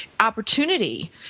opportunity